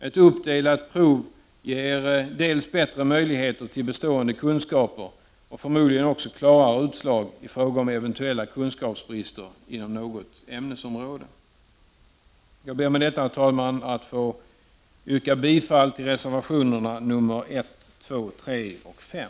Ett uppdelat prov ger både bättre möjligheter till bestående kunskaper och förmodligen också klarare utslag i fråga om eventuella kunskapsbrister inom något ämnesområde. Jag ber med detta, herr talman, att få yrka bifall till reservationerna 1, 2, 3 och 5.